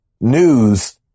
news